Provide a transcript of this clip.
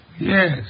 Yes